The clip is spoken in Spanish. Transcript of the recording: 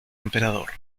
emperador